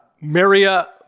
Maria